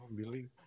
believe